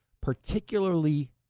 particularly